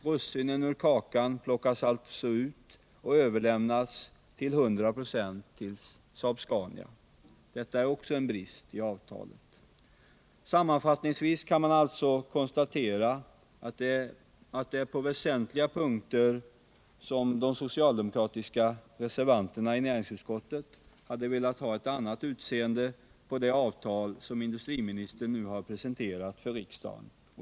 Russinen i kakan plockas alltså ut och överlämnas till 100 96 till Saab-Scania. Också detta är en brist i avtalet. Sammanfattningsvis kan man alltså konstatera att de socialdemokratiska reservanterna i näringsutskottet på väsentliga punkter hade velat ha ett annat utseende på det avtal som industriministern nu har presenterat för riksdagen.